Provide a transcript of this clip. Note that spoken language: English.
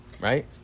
Right